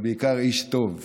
אבל בעיקר איש טוב,